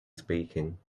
speaking